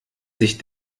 sich